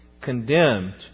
condemned